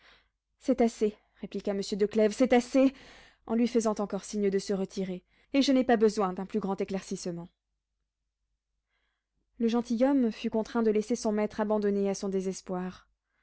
c'est assez répliqua monsieur de clèves c'est assez en lui faisant encore signe de se retirer et je n'ai pas besoin d'un plus grand éclaircissement le gentilhomme fut contraint de laisser son maître abandonné à son désespoir